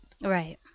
Right